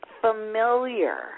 familiar